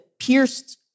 pierced